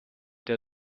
der